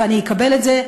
ואני אקבל את זה,